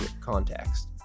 context